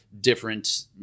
different